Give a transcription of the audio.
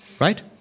right